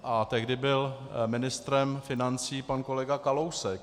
A tehdy byl ministrem financí pan kolega Kalousek.